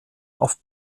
auf